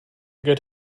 good